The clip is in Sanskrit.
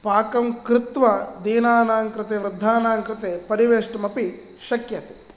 पाकं कृत्वा दीनानां कृते वृद्धानां कृते परिवेष्टुमपि शक्यते